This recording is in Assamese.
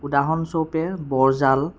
উদাহৰণস্বৰূপে বৰ জাল